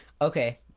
Okay